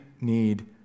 need